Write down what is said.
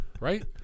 right